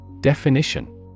Definition